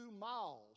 miles